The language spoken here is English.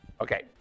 Okay